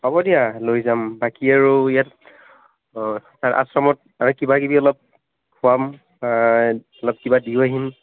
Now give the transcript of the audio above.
হ'ব দিয়া লৈ যাম বাকী আৰু ইয়াত আশ্ৰমত কিবা কিবি অলপ খোৱাম অলপ কিবা দিও আহিম